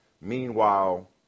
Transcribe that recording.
Meanwhile